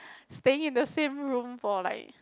staying in the same room for like